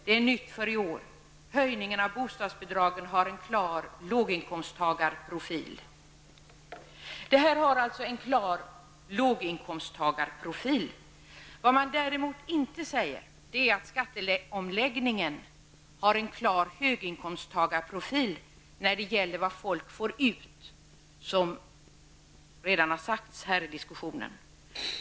- Det är nytt för i år. Höjningen av bostadsbidragen har en klar låginkomsttagarprofil.'' Denna åtgärd har alltså en klar låginkomsttagarprofil. Vad man inte säger är att skatteomläggningen har en klar höginkomsttagarprofil när det gäller vad folk får ut, något som redan har sagts här i diskussionen.